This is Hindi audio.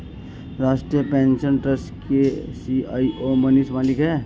राष्ट्रीय पेंशन ट्रस्ट के सी.ई.ओ मनीष मलिक है